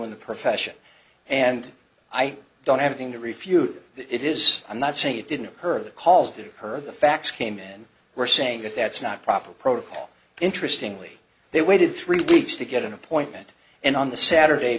in the profession and i don't have a thing to refute it is i'm not saying it didn't occur the calls did occur the facts came in and we're saying that that's not proper protocol interesting lee they waited three weeks to get an appointment and on the saturday